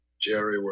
Jerry